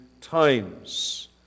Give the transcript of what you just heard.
times